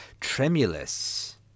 Tremulous